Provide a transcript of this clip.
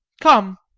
come!